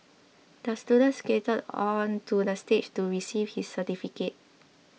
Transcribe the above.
the student skated onto the stage to receive his certificate